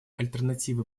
альтернативы